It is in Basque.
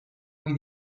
ohi